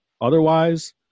otherwise